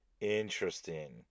interesting